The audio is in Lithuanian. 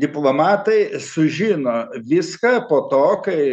diplomatai sužino viską po to kai